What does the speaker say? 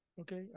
Okay